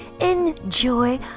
Enjoy